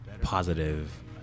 positive